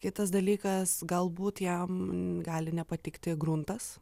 kitas dalykas galbūt jam gali nepatikti gruntas